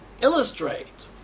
illustrate